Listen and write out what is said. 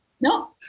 No